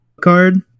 Card